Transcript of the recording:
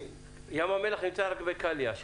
ים המלח נמצא רק בקליה.